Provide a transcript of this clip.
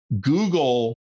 Google